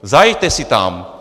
Zajeďte si tam!